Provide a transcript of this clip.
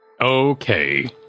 Okay